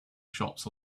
shops